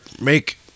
make